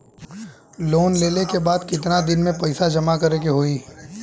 Loan लेले के बाद कितना दिन में पैसा जमा करे के होई?